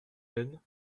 peine